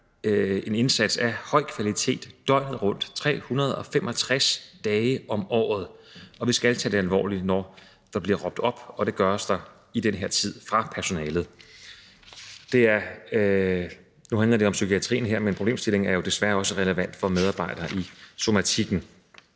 en indsats af høj kvalitet døgnet rundt 365 dage om året, og vi skal tage det alvorligt, når der bliver råbt op – og det gøres der i den her tid – fra personalets side. Nu handler det her om psykiatrien, men problemstillingen er jo desværre også relevant for medarbejdere i somatikken.